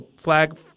flag